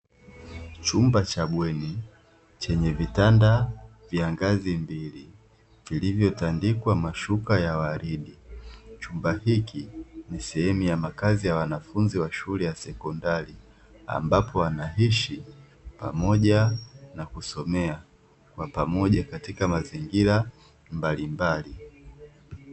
Chumba cha bweni chenye vitanda vya ngazi mbili vilivyotandikwa mashuka ya waridi. Chumba hiki ni sehemu ya makazi ya wanafunzi wa shule ya sekondari, ambapo wanaishi pamoja na kusomea kwa pamoja katika mazingira mbalimbali.